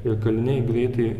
ir kaliniai greitai